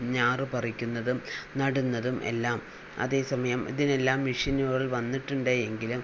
ഞാറു പറിക്കുന്നതും നടുന്നതും എല്ലാം അതേ സമയം ഇതിനെയെല്ലാം മിഷ്യനുകൾ വന്നിട്ടുണ്ട് എങ്കിലും